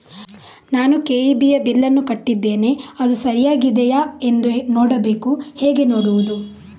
ನಾನು ಕೆ.ಇ.ಬಿ ಯ ಬಿಲ್ಲನ್ನು ಕಟ್ಟಿದ್ದೇನೆ, ಅದು ಸರಿಯಾಗಿದೆಯಾ ಎಂದು ನೋಡಬೇಕು ಹೇಗೆ ನೋಡುವುದು?